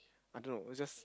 I don't know it's just